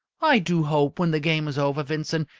i do hope, when the game is over, vincent,